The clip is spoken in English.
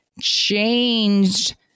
changed